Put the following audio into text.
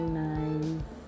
nice